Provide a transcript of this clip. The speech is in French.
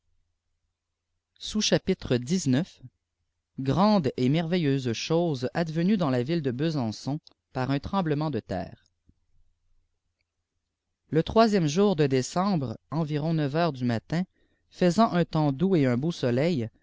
grandes et merveilleuses choses advenues dans la vulé de besançon par un tremblement de terre le troisième jour de décembre environ neuf heures du matin fsnt un temps doux et un beau soleil